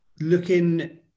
Looking